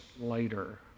later